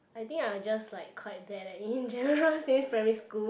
I think I was just like quite there leh in general like since primary school